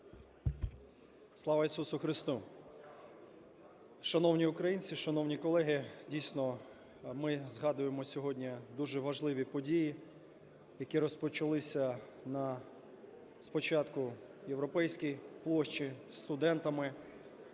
Слава Ісусу Христу. Шановні українці, шановні колеги, дійсно ми згадуємо сьогодні дуже важливі події, які розпочалися на… спочатку Європейській площі студентами